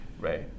right